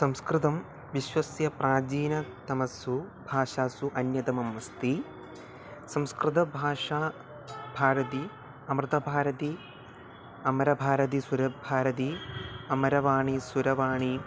संस्कृतं विश्वस्य प्राचीनतमासु भाषासु अन्यतमम् अस्ति संस्कृतभाषा भारती अमृतभारती अमरभारती सुरभिभारती अमरवाणी सुरवाणी